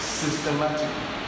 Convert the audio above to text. systematically